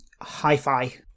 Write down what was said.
hi-fi